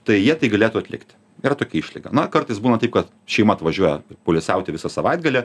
tai jie tai galėtų atlikti yra tokia išlyga na kartais būna taip kad šeima atvažiuoja poilsiauti visą savaitgalį